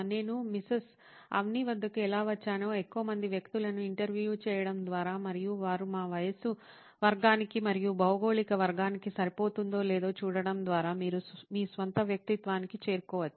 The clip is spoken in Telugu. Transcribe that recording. నేను మిసెస్ అవ్ని వద్దకు ఎలా వచ్చానో ఎక్కువ మంది వ్యక్తులను ఇంటర్వ్యూ చేయడం ద్వారా మరియు వారు మా వయస్సు వర్గానికి మరియు భౌగోళిక వర్గానికి సరిపోతుందో లేదో చూడటం ద్వారా మీరు మీ స్వంత వ్యక్తిత్వానికి చేరుకోవచ్చు